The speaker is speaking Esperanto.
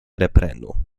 reprenu